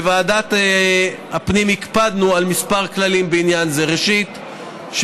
בוועדת הפנים הקפדנו על כמה כללים בעניין זה: ראשית,